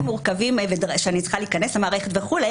מורכבים שאני צריכה להיכנס למערכת וכו',